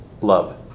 love